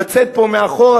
לצאת פה מאחורה,